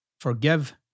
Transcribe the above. Forgive